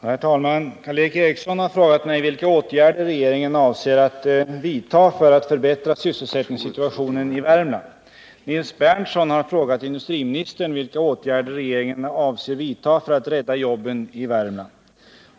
Herr talman! Karl Erik Eriksson har frågat mig vilka åtgärder regeringen avser att vidta för att förbättra sysselsättningssituationen i Värmland.